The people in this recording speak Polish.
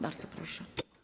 Bardzo proszę.